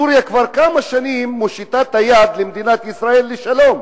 סוריה כבר כמה שנים מושיטה את היד למדינת ישראל לשלום,